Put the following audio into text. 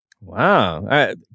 Wow